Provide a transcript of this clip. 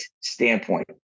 standpoint